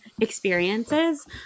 experiences